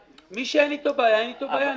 מי שאין אתו בעיה אין אתו בעיה.